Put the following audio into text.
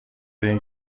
این